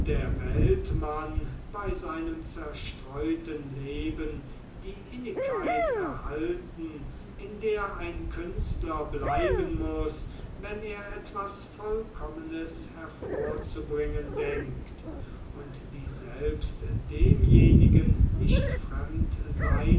der weltmann bei seinem zerstreuten leben die innigkeit erhalten in der ein künstler bleiben muß wenn er etwas vollkommenes hervorzubringen denkt und die selbst demjenigen nicht fremd